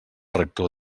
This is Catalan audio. rector